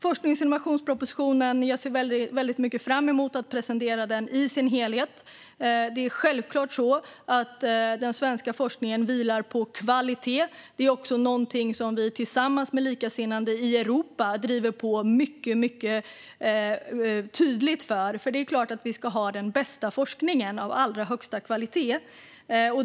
Jag ser mycket fram emot att presentera forskningsinnovationspropositionen i dess helhet. Det är självfallet så att den svenska forskningen vilar på kvalitet. Detta är också något som vi tillsammans med likasinnade i Europa driver på för mycket tydligt, för det är klart att vi ska ha den bästa forskningen av allra högsta kvalitet.